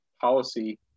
policy